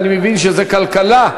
אני מבין שזה כלכלה?